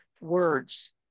words